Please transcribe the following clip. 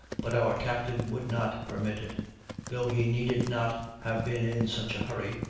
but our captain would not permit it though he needed not have been in such a hurry,